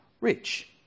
rich